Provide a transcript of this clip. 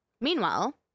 Meanwhile